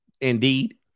Indeed